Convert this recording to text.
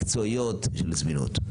מקצועיות של זמינות?